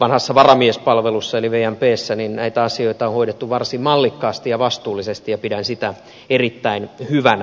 vanhassa varamiespalvelussa eli vmpssä näitä asioita on hoidettu varsin mallikkaasti ja vastuullisesti ja pidän sitä erittäin hyvänä